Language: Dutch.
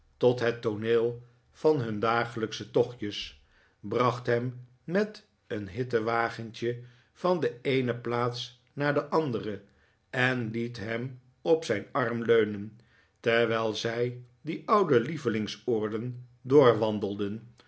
tot het tooneel van hun dagelijksche tochtjes bracht hem met een hittenwagentje van de eene plaats naar de andere en liet hem op zijn arm leunen terwijl zij die oude lievelingsoorden doorwandelden